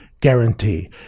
guarantee